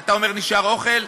אתה אומר: נשאר אוכל?